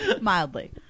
mildly